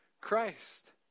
Christ